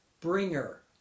bringer